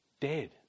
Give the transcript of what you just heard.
dead